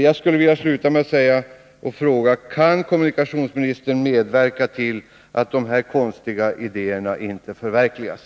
Jag vill sluta med att fråga: Kan kommunikatiönsministern medverka till att dessa konstiga idéer inte förverkligas?